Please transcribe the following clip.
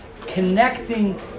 connecting